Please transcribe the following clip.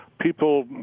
people